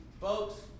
Folks